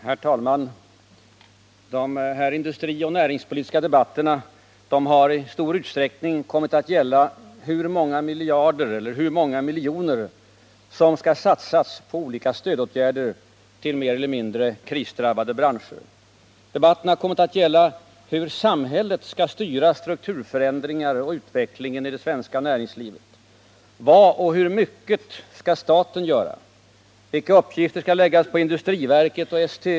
Herr talman! De här industrioch näringspolitiska debatterna har i stor utsträckning kommit att gälla hur många miljarder eller hur många miljoner som skall satsas på olika stödåtgärder till mer eller mindre krisdrabbade branscher. Debatten har kommit att gälla hur samhället skall styra strukturförändringar och utveckling i det svenska näringslivet. Vad och hur mycket skall staten göra? Vilka uppgifter skall läggas på industriverket och STU?